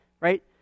right